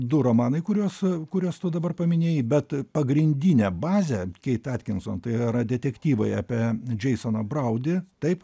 du romanai kuriuos kuriuos tu dabar paminėjai bet pagrindinė bazė keit atkinson tai yra detektyvai apie džeisoną braudį taip